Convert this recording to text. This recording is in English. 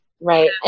Right